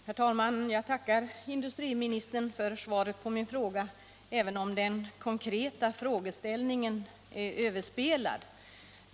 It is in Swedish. Herr talman! Jag tackar industriministern för svaret på min fråga, även om den konkreta frågeställningen är överspelad.